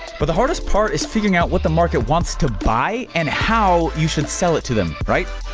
but the hardest part is figuring out what the market wants to buy and how you should sell it to them, right?